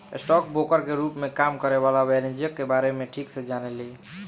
stock broker के रूप में काम करे वाला वाणिज्यिक के बारे में ठीक से जाने ले